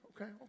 okay